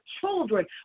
children